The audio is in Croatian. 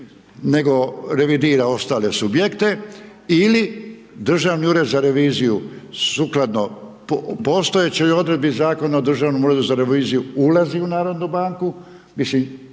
nego revidira ostale subjekte ili Državni ured za reviziju sukladno postojećoj odredbi Zakona o Državnom uredu za reviziju ulazi u narodnu banku.